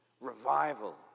Revival